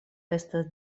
estas